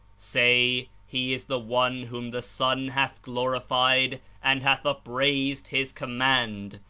say he is the one whom the son hath glorified and hath upraised his command!